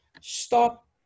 Stop